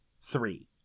three